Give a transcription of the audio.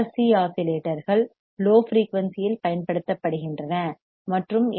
C RC ஆஸிலேட்டர்கள் low frequency இல் பயன்படுத்தப்படுகின்றன மற்றும் எல்